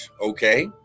okay